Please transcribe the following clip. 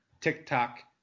TikTok